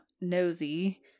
nosy